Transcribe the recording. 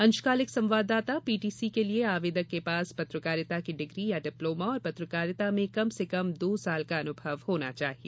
अंशकालिक संवाददाता पीटीसी के लिए आवेदक के पास पत्रकारिता की डिग्री या डिप्लोमा और पत्रकारिता में कम से कम दो वर्ष का अनुभव होना चाहिए